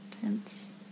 Tense